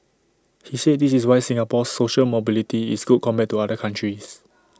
he said this is why Singapore's social mobility is good compared to other countries